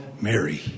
Mary